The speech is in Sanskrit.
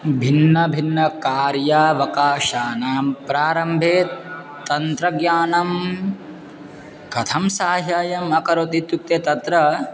भिन्नभिन्नकार्यावकाशानां प्रारम्भे तन्त्रज्ञानं कथं साहाय्यम् अकरोत् इत्युक्ते तत्र